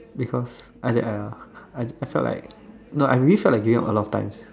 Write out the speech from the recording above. because I I I felt like no I really felt like giving up a lot of times